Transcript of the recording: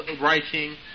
writing